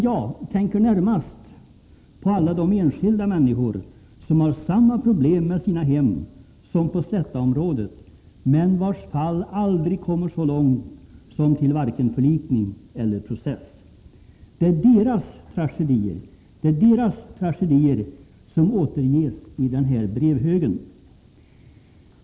Jag tänker dock närmast på alla de enskilda människor som har samma problem med sina hem som de man har i Slättaområdet, men vilkas fall aldrig kommer så långt som till vare sig förlikning eller process. Det är deras tragedier som återges i denna brevhög.